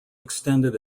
extended